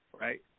right